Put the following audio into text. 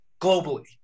globally